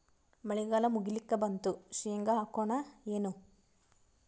ಮಳಿಗಾಲ ಮುಗಿಲಿಕ್ ಬಂತು, ಶೇಂಗಾ ಹಾಕೋಣ ಏನು?